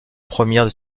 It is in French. premières